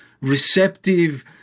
receptive